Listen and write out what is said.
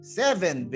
seven